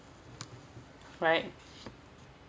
right